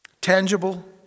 Tangible